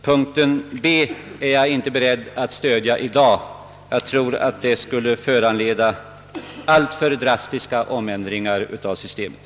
Punkten B är jag inte beredd att biträda i dag. Jag tror att vad som däri föreslås skulie föranleda alltför drastiska omändringar i systemet.